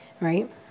right